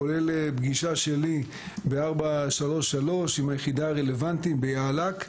כולל פגישה שלי ב-433 עם היחידה הרלוונטית ביאל"כ,